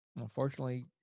Unfortunately